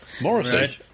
Morrissey